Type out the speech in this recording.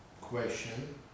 Question